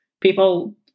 people